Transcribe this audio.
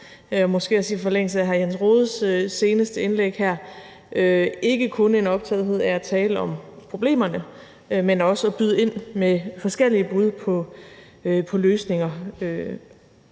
måske også i forlængelse af hr. Jens Rohdes seneste indlæg her, altså ikke kun en optagethed af at tale om problemerne, men også at byde ind med forskellige bud på løsninger.